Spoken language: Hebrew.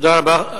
תודה רבה.